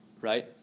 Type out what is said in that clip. right